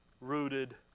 rooted